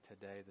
today